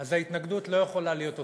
אז ההתנגדות לא יכולה להיות אוטומטית.